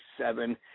seven